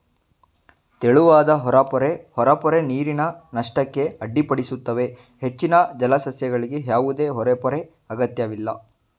ತೆಳುವಾದ ಹೊರಪೊರೆ ಹೊರಪೊರೆ ನೀರಿನ ನಷ್ಟಕ್ಕೆ ಅಡ್ಡಿಪಡಿಸುತ್ತವೆ ಹೆಚ್ಚಿನ ಜಲಸಸ್ಯಗಳಿಗೆ ಯಾವುದೇ ಹೊರಪೊರೆ ಅಗತ್ಯವಿಲ್ಲ